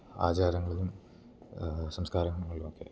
ആചാരങ്ങളിലും സംസ്കാരങ്ങളിലും ഒക്കെ